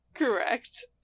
correct